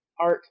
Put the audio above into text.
art